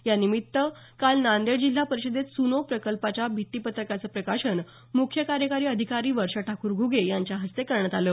यानिमित्त काल नांदेड जिल्हा परिषदेत सुनो प्रकल्पाच्या भित्तीपत्रकाचं प्रकाशन मुख्य कार्यकारी अधिकारी वर्षा ठाकूर घुगे यांच्या हस्ते करण्यात आलं